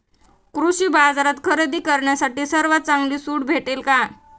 कृषी बाजारात खरेदी करण्यासाठी सर्वात चांगली सूट भेटेल का?